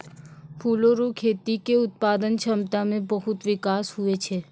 फूलो रो खेती के उत्पादन क्षमता मे बहुत बिकास हुवै छै